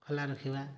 ଖୋଲା ରଖିବା